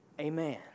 Amen